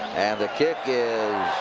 the kick is